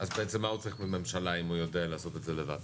אז בעצם מה הוא צריך את הממשלה אם הוא יודע לעשות את זה לבד?